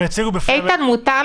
הם יציגו את הנתונים